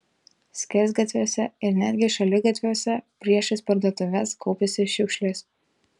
skersgatviuose ir netgi šaligatviuose priešais parduotuves kaupėsi šiukšlės